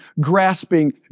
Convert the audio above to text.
grasping